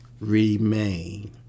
remain